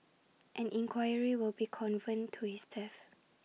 an inquiry will be convened to his death